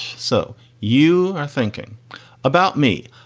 so you are thinking about me,